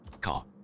Car